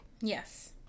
Yes